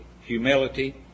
humility